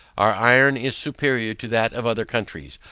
our iron is superior to that of other countries.